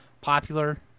popular